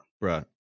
Right